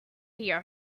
fear